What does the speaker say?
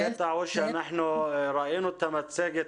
הקטע הוא שאנחנו ראינו את המצגת.